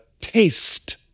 taste